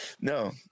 No